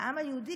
לעם היהודי,